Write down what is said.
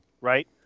Right